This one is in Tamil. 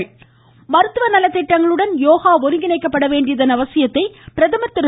பிரதமர் யோகா மருத்துவ நல திட்டங்களுடன் யோகா ஒருங்கிணைக்கப்பட வேண்டியதன் அவசியத்தை பிரதமர் திரு